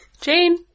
Jane